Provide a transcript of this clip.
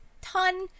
ton